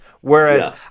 whereas